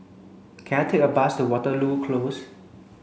can I take a bus to Waterloo Close